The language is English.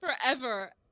forever